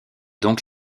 donc